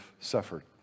suffered